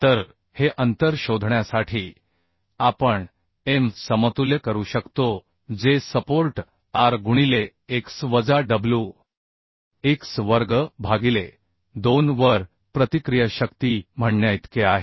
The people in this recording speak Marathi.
तर हे अंतर शोधण्यासाठी आपण m समतुल्य करू शकतो जे सपोर्ट R गुणिले x वजा W x वर्ग भागिले 2 वर प्रतिक्रिया शक्ती म्हणण्याइतके आहे